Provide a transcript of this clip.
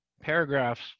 paragraphs